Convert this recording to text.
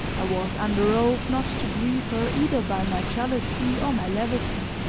i was under oath not to grieve her either by my jealousy or my levity